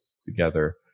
together